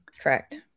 Correct